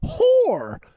whore